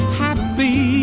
happy